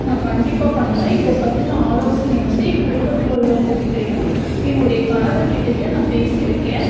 நான் கண்டிப்பாக பண்ணுவேன் இதைப் பற்றின ஆலோசனையை வந்து என் குடும்பத்தில் உள்ளவங்கக்கிட்டையும் என்னுடைய கணவர்கிட்டையும் நான் பேசியிருக்கேன்